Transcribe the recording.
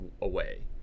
away